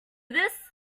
this